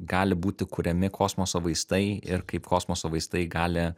gali būti kuriami kosmoso vaistai ir kaip kosmoso vaistai gali